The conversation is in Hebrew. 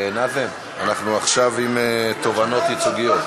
הצעת ועדת הכנסת